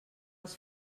els